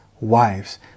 wives